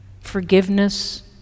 Forgiveness